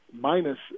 minus